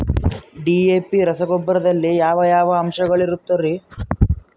DAP ರಸಗೊಬ್ಬರದಲ್ಲಿ ಯಾವ ಯಾವ ಅಂಶಗಳಿರುತ್ತವರಿ?